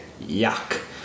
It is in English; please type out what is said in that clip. Yuck